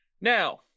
Now